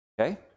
okay